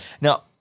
Now